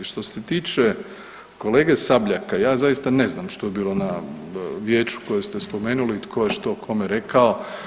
Što se tiče kolege Sabljaka ja zaista ne znam što je bilo na vijeću koje ste spomenuli i tko je što kome rekao.